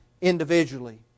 individually